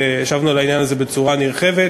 וישבנו על העניין הזה בצורה נרחבת,